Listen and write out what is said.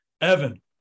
Evan